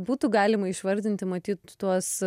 būtų galima išvardinti matyt tuos